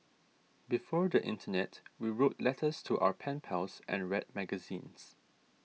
before the internet we wrote letters to our pen pals and read magazines